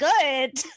good